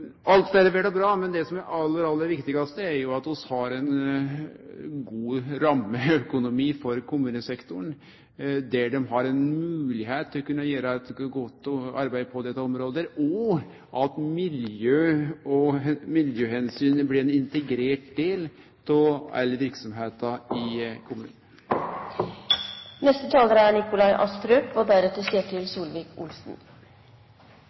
bra, men det aller viktigaste er jo at vi har ein god rammeøkonomi for kommunesektoren, der ein har moglegheit til å kunne gjere eit godt arbeid på dette området, og at miljøomsynet blir ein integrert del av all verksemda i kommunen. Høyre støtter Venstres forslag. Norske kommuner trenger tilstrekkelig med ressurser, kunnskap og